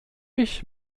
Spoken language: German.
ich